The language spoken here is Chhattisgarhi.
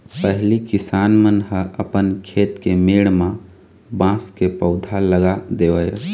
पहिली किसान मन ह अपन खेत के मेड़ म बांस के पउधा लगा देवय